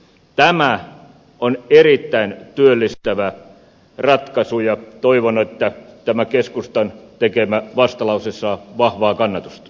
tämä on erittäin työllistävä ratkaisu ja toivon että tämä keskustan tekemä vastalause saa vahvaa kannatusta